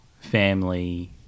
family